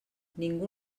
ningú